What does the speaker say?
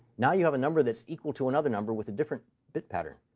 now you have a number that's equal to another number with a different bit pattern.